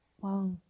Wow